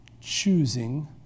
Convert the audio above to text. choosing